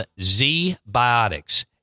Z-Biotics